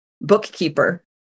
bookkeeper